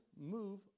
move